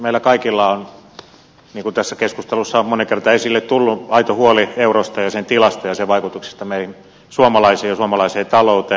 meillä kaikilla on niin kuin tässä keskustelussa on moneen kertaan esille tullut aito huoli eurosta ja sen tilasta ja sen vaikutuksista meihin suomalaisiin ja suomalaiseen talouteen